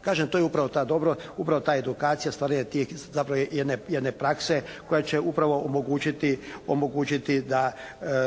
Kažem to je upravo dobro, upravo ta edukacija, stvaranje te zapravo jedne prakse koja će upravo omogućiti da